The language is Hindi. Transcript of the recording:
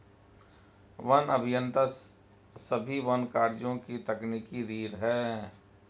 वन अभियंता सभी वन कार्यों की तकनीकी रीढ़ हैं